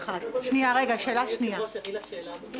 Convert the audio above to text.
חולק על מה שאתם כותבים במסקנות שלכם,